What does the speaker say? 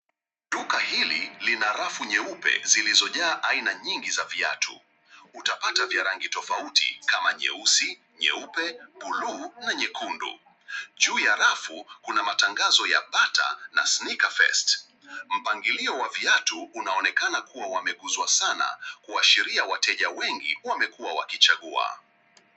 Duka hili lina rafu nyeupe zilizojaa aina nyingi za viatu. Utapata vya rangi tofauti kama vile nyeusi, nyeupe, buluu na nyekundu. Juu ya rafu kuna matangazo ya bata na sneaker fest . Mpangilio wa viatu unaonekana kuwa wameguzwa sana kuashiria wateja wengi wamekua wakichagua.